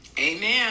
amen